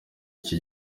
iki